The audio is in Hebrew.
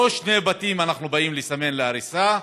לא שני בתים אנחנו באים לסמן להריסה,